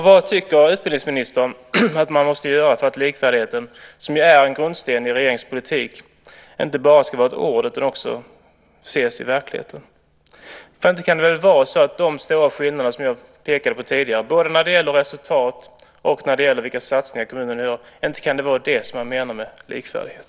Vad tycker utbildningsministern att man måste göra för att likvärdigheten, som ju är en grundsten i regeringens politik, inte bara ska vara ett ord utan också ses i verkligheten? Inte kan det väl vara så att det är de stora skillnader som jag pekade på tidigare, både när det gäller resultat och när det gäller vilka satsningar kommunerna gör, som man menar med likvärdighet?